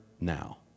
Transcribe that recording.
now